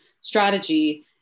strategy